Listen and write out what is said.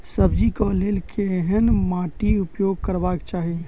सब्जी कऽ लेल केहन माटि उपयोग करबाक चाहि?